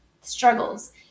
struggles